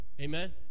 amen